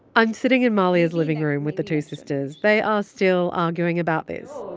i'm sitting in mahlia's living room with the two sisters. they are still arguing about this.